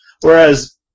Whereas